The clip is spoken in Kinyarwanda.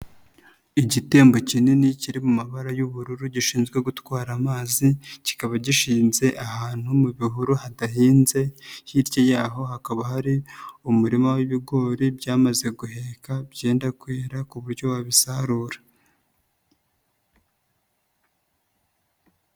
Igitembo kinini kiri mu mabara y'ubururu gishinzwe gutwara amazi, kikaba gishinze ahantu mu bihuru hadahinze, hirya yaho hakaba hari umurima w'ibigori byamaze guheka byenda kwera ku buryo wabisarura.